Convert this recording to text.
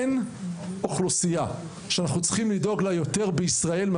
אין אוכלוסייה שצריכים לדאוג לה יותר בישראל,